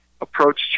approach